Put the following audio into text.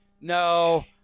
No